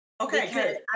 Okay